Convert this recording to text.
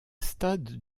stade